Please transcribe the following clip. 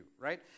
right